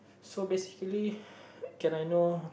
so basically can I know